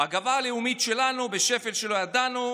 הגאווה הלאומית שלנו בשפל שלא ידענו,